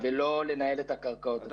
ולא לנהל את הקרקעות עצמן.